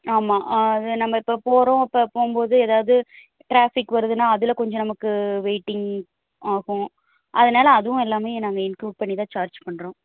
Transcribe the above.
ஆமாம் அது நம்ம இப்போ போகிறோம் இப்போ போகும் போது ஏதாவது டிராஃபிக் வருதுனால் அதில் கொஞ்சம் நமக்கு வெயிட்டிங் ஆகும் அதனால அதுவும் எல்லாமே நாங்கள் இன்க்ளூட் பண்ணி தான் சார்ஜ் பண்ணுறோம்